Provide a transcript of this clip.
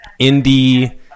indie